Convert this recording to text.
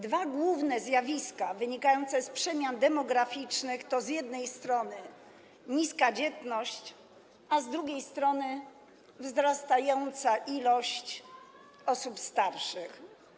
Dwa główne zjawiska wynikające z przemian demograficznych to z jednej strony niska dzietność, a z drugiej strony wzrastająca ilość osób starszych.